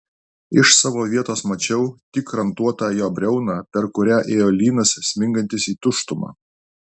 iš savo vietos mačiau tik rantuotą jo briauną per kurią ėjo lynas smingantis į tuštumą